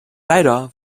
leider